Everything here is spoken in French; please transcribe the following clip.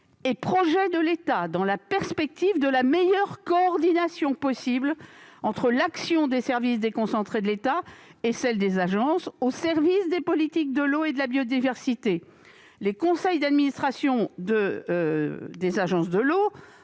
les projets de l'État dans la perspective de la meilleure coordination possible entre l'action des services déconcentrés et celle des agences au service des politiques de l'eau et de la biodiversité. Les conseils d'administration des agences de l'eau,